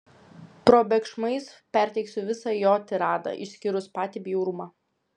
probėgšmais perteiksiu visą jo tiradą išskyrus patį bjaurumą